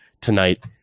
tonight